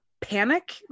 panic